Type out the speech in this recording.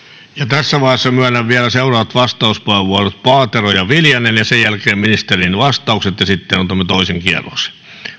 tässä vaiheessa myönnän vielä seuraavat vastauspuheenvuorot paatero ja viljanen sen jälkeen ministerin vastaukset ja sitten otamme toisen kierroksen